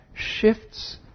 shifts